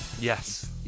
yes